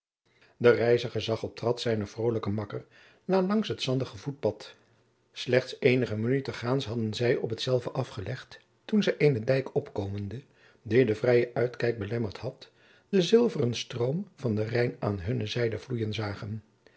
de reiziger zag op trad zijnen vrolijken makker na langs het zandige voetpad slechts eenige minuten gaans hadden zij op hetzelve afgelegd toen zij eenen dijk opkomende die den vrijen uitkijk belemmerd had de zilveren stroomen van den rijn aan hunne zijde vloeien zagen